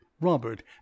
robert